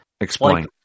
explain